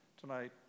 tonight